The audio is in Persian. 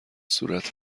صورت